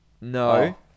no